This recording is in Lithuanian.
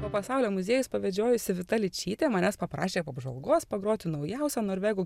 po pasaulio muziejus pavedžiojusi vita ličytė manęs paprašė po apžvalgos pagroti naujausio norvegų